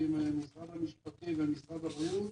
עם משרד המשפטים ומשרד הבריאות,